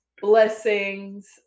blessings